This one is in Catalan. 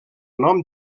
nom